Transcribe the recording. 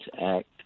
Act